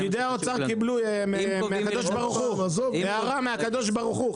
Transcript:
פקידי האוצר קיבלו הארה מהקדוש ברוך הוא,